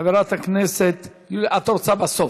חברת הכנסת, את רוצה בסוף.